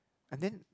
and then